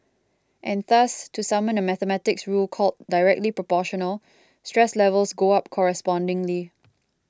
and thus to summon a mathematics rule called Directly Proportional stress levels go up correspondingly